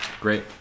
Great